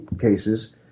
cases